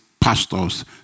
pastors